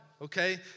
okay